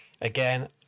again